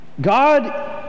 God